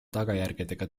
tagajärgedega